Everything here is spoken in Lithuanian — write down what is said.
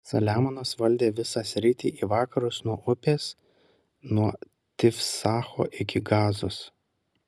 saliamonas valdė visą sritį į vakarus nuo upės nuo tifsacho iki gazos